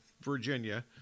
Virginia